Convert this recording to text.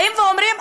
באים ואומרים: